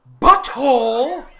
butthole